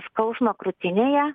skausmą krūtinėje